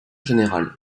général